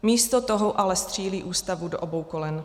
Místo toho ale střílí Ústavu do obou kolen.